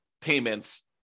payments